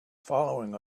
following